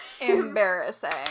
Embarrassing